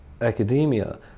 academia